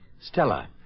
Stella